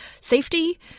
safety